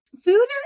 Food